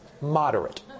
Moderate